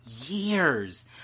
years